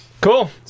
Cool